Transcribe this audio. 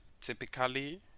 typically